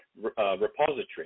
repository